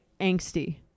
angsty